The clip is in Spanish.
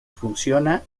funciona